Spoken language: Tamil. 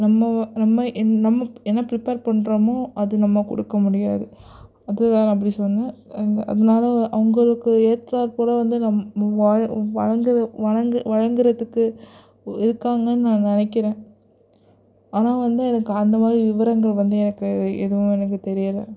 நம்ம நம்ம என்ன பிரிப்பர் பண்ணுறமோ அது நம்ம கொடுக்க முடியாது அது தான் நான் அப்படி சொன்னேன் அதனால அவங்களுக்கு ஏற்றார் போல் வந்து நம்ம வாழங்கிறதுக்கு இருக்காங்கனு நான் நினைக்கிறேன் ஆனால் வந்து எனக்கு அந்த மாதிரி விவரங்கள் வந்து எனக்கு எதுவும் எனக்கு தெரியலை